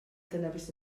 beth